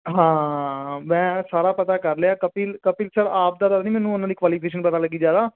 ਹਾਂ ਮੈਂ ਸਾਰਾ ਪਤਾ ਕਰ ਲਿਆ ਕਪਿਲ ਕਪਿਲ ਸਰ ਆਪ ਦਾ ਤਾਂ ਨਹੀਂ ਮੈਨੂੰ ਉਹਨਾਂ ਦੀ ਕੁਆਲੀਫਿਕੇਸ਼ਨ ਪਤਾ ਲੱਗੀ ਜ਼ਿਆਦਾ